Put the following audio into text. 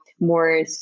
more